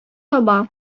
таба